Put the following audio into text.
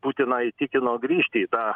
putiną įtikino grįžti į tą